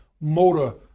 motor